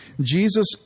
Jesus